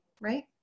right